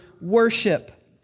worship